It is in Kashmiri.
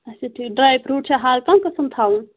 اَچھا ٹھیٖک ڈرٛاے فرٛوٗٹ چھا ہرکانٛہہ قٕسٕم تھاوُن